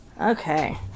Okay